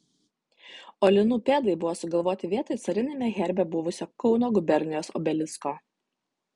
o linų pėdai buvo sugalvoti vietoj cariniame herbe buvusio kauno gubernijos obelisko